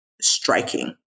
striking